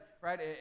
right